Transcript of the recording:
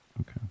Okay